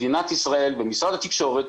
מדינת ישראל ומשרד התקשורת,